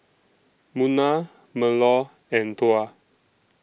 Munah Melur and Tuah